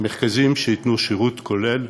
מרכזים שייתנו שירות כולל